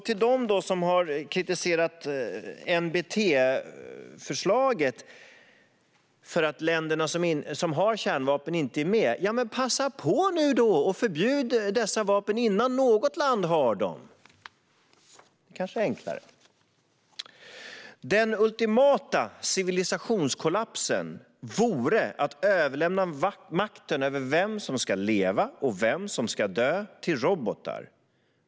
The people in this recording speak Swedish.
Till dem som har kritiserat NBT-förslaget för att länderna som har kärnvapen inte är med: Passa på nu att förbjuda dessa vapen innan något land har dem! Det kanske är enklare. Den ultimata civilisationskollapsen vore att överlämna makten över vem som ska leva och vem som ska dö till robotar.